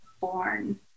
born